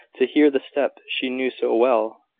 to hear the step she knew so well,